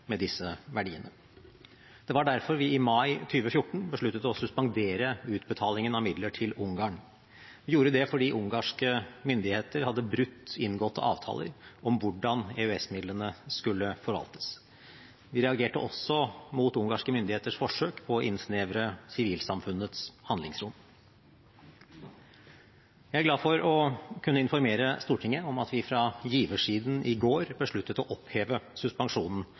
med disse verdiene. Det var derfor vi i mai 2014 besluttet å suspendere utbetalingen av midler til Ungarn. Vi gjorde det fordi ungarske myndigheter hadde brutt inngåtte avtaler om hvordan EØS-midlene skulle forvaltes. Vi reagerte også mot ungarske myndigheters forsøk på å innsnevre sivilsamfunnets handlingsrom. Jeg er glad for å kunne informere Stortinget om at vi fra giversiden i går besluttet å oppheve suspensjonen